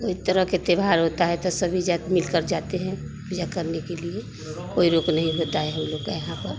वो एक तरह के त्यौहार होता है तो सभी जात मिलकर जाते हैं पूजा करने के लिए कोई रोक नहीं होता है हम लोग के यहाँ पर